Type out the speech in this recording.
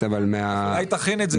שינוי שיטת המכרזים.